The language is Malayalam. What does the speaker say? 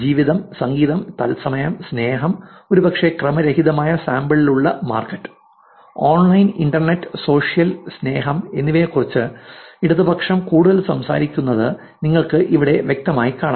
ജീവിതം സംഗീതം തത്സമയം സ്നേഹം ഒരുപക്ഷേ ക്രമരഹിതമായ സാമ്പിളിലുള്ള മാർക്കറ്റ് ഓൺലൈൻ ഇന്റർനെറ്റ് സോഷ്യൽ സ്നേഹം എന്നിവയെക്കുറിച്ച് ഇടതുപക്ഷം കൂടുതൽ സംസാരിക്കുന്നത് നിങ്ങൾക്ക് ഇവിടെ വ്യക്തമായി കാണാം